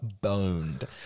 boned